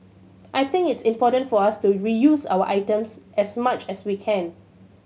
I think it's important for us to reuse our items as much as we can